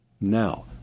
Now